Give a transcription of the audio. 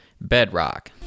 Bedrock